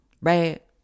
Right